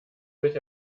sich